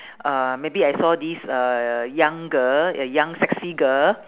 uh maybe I saw this uh young girl a young sexy girl